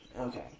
Okay